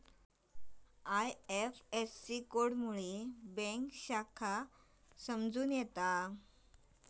IFSC code मुळे bank शाखा समजान येता